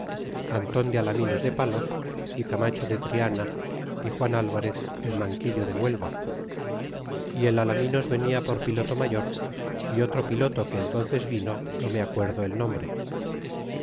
anton de alaminos de palos y camacho de tijana y juan alvarez el manguillo de fluelba y el alaminos venia por piloto mayor y otro piloto que entnces vino no me acuerdo el nombre